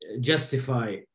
justify